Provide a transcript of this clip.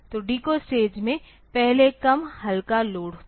तो decode stage में पहले कम हल्का लोड था